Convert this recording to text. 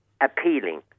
Appealing